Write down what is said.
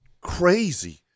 crazy